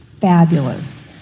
fabulous